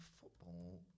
football